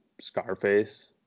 Scarface